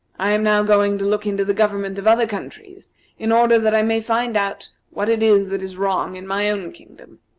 i am now going to look into the government of other countries in order that i may find out what it is that is wrong in my own kingdom.